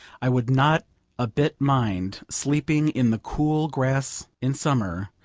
i would not a bit mind sleeping in the cool grass in summer,